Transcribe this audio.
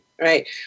right